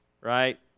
right